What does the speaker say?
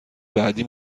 بعدی